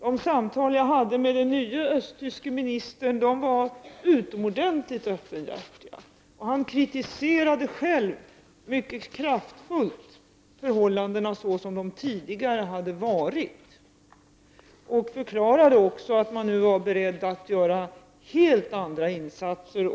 De samtal som jag hade med den nye östtyske miljöministern var utomordentligt öppenhjärtiga. Han kritiserade själv mycket kraftfullt förhållandena såsom de hade varit tidigare. Han förklarade att man nu är beredd att göra helt andra insatser.